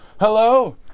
Hello